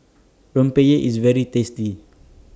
Rempeyek IS very tasty